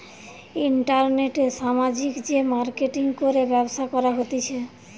ইন্টারনেটে সামাজিক যে মার্কেটিঙ করে ব্যবসা করা হতিছে